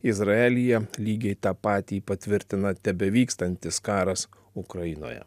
izraelyje lygiai tą patį patvirtina tebevykstantis karas ukrainoje